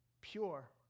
Pure